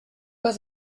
pas